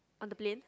on the plane